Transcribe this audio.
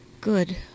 good